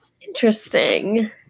Interesting